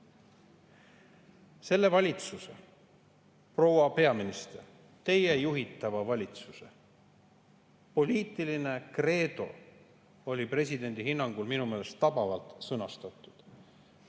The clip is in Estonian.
valitsuse, proua peaminister, teie juhitava valitsuse poliitiline kreedo oli presidendi hinnangul minu meelest tabavalt sõnastatud